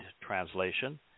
translation